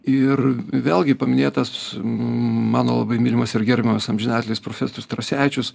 ir vėlgi paminėtas mano labai mylimas ir gerbiamas amžinatilis profesorius tarasevičius